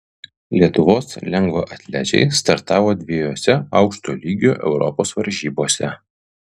lietuvos lengvaatlečiai startavo dviejose aukšto lygio europos varžybose